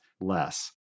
less